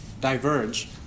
diverge